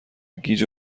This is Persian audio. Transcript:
گیج